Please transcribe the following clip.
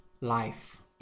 life